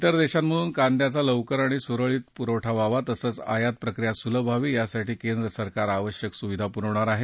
तेर देशांमधून कांद्याचा लवकर आणि सुरळीत पुरवठा व्हावा तसंच आयात प्रक्रिया सुलभ व्हावी यासाठी केंद्र सरकार आवश्यक सुविधा पुरवणार आहे